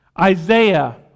Isaiah